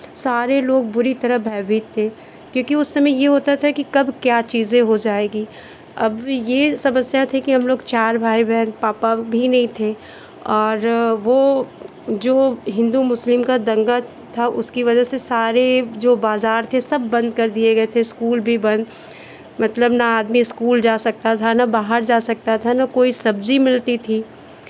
सारे लोग बुरी तरह भयभीत थे क्योंकि उस समय ये होता था कि कब क्या चीज़ें हो जाएगी अब ये समस्या थी कि हम लोग चार भाई बहन पापा भी नहीं थे और वो जो हिन्दू मुस्लिम का दंगा था उसकी वजह से सारे जो बाज़ार थे सब बंद कर दिए गए थे इस्कूल भी बंद मतलब ना आदमी इस्कूल जा सकता था ना बाहर जा सकता था ना कोई सब्ज़ी मिलती थी